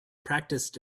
practiced